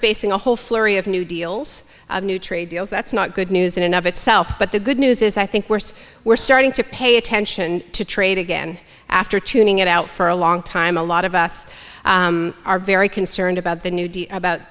facing a whole flurry of new deals new trade deals that's not good news in and of itself but the good news is i think worse we're starting to pay attention to trade again after tuning it out for a long time a lot of us are very concerned about the new